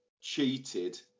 cheated